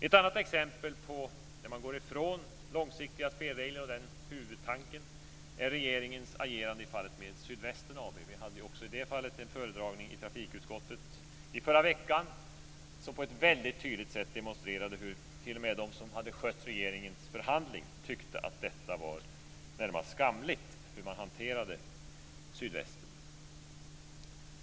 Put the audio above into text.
Ett annat exempel på att man går ifrån långsiktiga spelregler och den här huvudtanken är regeringens agerande i fallet med Sydvästen AB. Vi hade också i det fallet en föredragning i trafikutskottet, i förra veckan, som på ett väldigt tydligt sätt demonstrerade att t.o.m. de som hade skött regeringens förhandling tyckte att det var närmast skamligt hur man hanterade Sydvästen.